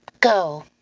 go